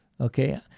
Okay